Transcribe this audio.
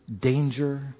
danger